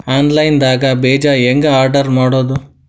Online ದಾಗ ಬೇಜಾ ಹೆಂಗ್ ಆರ್ಡರ್ ಮಾಡೋದು?